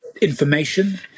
information